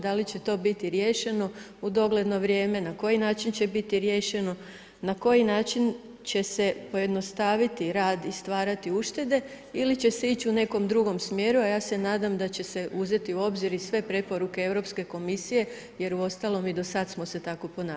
Da li će to biti riješeno u dogledno vrijeme, na koji način će biti riješeno, na koji način će se pojednostaviti rad i stvarati uštede ili će se ići u nekom drugom smjeru, a ja se nadam da će se uzeti u obzir i sve preporuke Europske komisije, jer uostalom i do sad smo se tako ponašali.